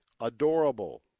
Adorable